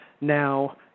now